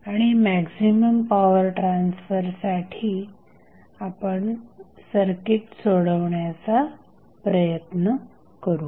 आणि maximum power ट्रान्सफरसाठी आपण सर्किट सोडवण्याचा प्रयत्न करू